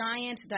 giant